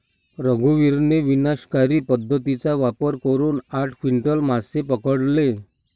रघुवीरने विनाशकारी पद्धतीचा वापर करून आठ क्विंटल मासे पकडले